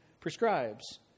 prescribes